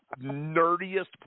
Nerdiest